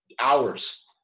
hours